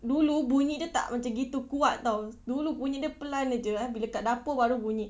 dulu bunyi dia tak macam itu kuat [tau] dulu bunyi dia perlahan sahaja I bila kat dapur baru bunyi